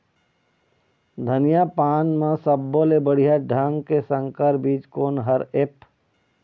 धनिया पान म सब्बो ले बढ़िया ढंग के संकर बीज कोन हर ऐप?